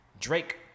Drake